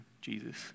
Jesus